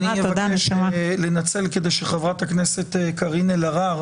אני רוצה לנצל כדי שחברת הכנסת קארין אלהרר